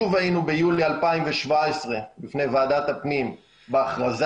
שוב היינו ביולי 2017 בפני ועדת הפנים בהכרזה